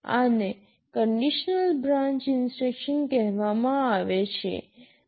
આને conditional branch instruction કહેવામાં આવે છે